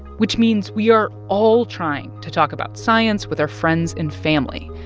which means we are all trying to talk about science with our friends and family.